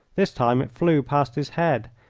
this time it flew past his head,